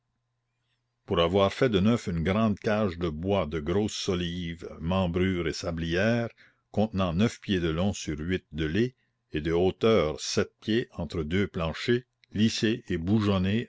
pour avoir fait de neuf une grande cage de bois de grosses solives membrures et sablières contenant neuf pieds de long sur huit de lé et de hauteur sept pieds entre deux planchers lissée et